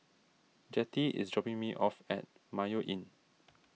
Jettie is dropping me off at Mayo Inn